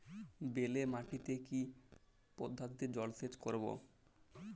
বেলে মাটিতে কি পদ্ধতিতে জলসেচ করব?